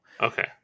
okay